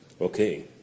Okay